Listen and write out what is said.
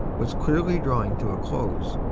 was clearly drawing to a close,